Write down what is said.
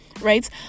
right